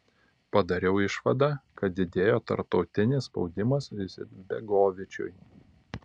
padariau išvadą kad didėjo tarptautinis spaudimas izetbegovičiui